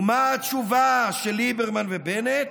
ומה התשובה של ליברמן ובנט?